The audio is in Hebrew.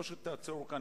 או שתעצור כאן,